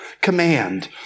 command